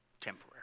temporary